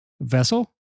Vessel